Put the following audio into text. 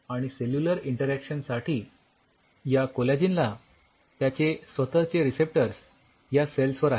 आणि cellular interaction साठी या कोलॅजिन ला त्याचे स्वतः चे रिसेप्टर्स या सेल्सवर आहेत